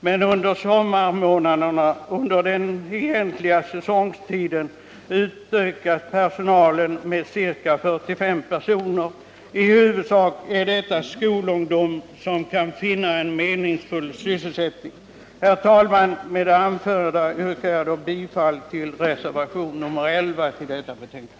Men under sommarmånaderna utökas personalen med ca 45 personer, i huvudsak skolungdom som kan finna en meningsfull sysselsättning. Herr talman! Med det anförda yrkar jag bifall till reservationen 11 till detta betänkande.